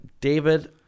David